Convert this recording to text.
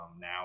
Now